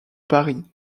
paris